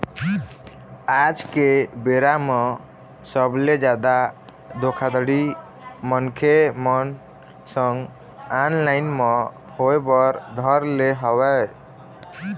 आज के बेरा म सबले जादा धोखाघड़ी मनखे मन संग ऑनलाइन म होय बर धर ले हवय